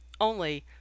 Only